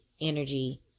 energy